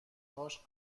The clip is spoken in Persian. هاش